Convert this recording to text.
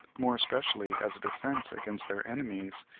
more especially as a defence against their enemies,